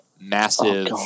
massive